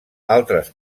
altres